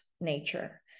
nature